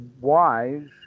wise